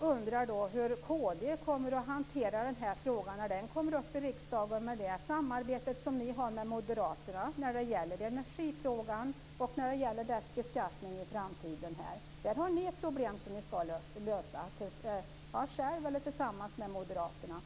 Jag undrar då hur kristdemokraterna kommer att hantera frågan när den kommer upp i riksdagen med tanke på det samarbete som ni har med moderaterna när det gäller energifrågan och beskattningen i framtiden. Där har ni ett problem att lösa själva eller tillsammans med moderaterna.